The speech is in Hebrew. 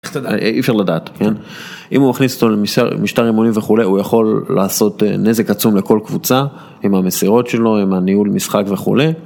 אי אפשר לדעת. אם הוא הכניס אותו למשטר אמונים וכו', הוא יכול לעשות נזק עצום לכל קבוצה עם המסירות שלו, עם הניהול משחק וכו'.